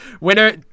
Winner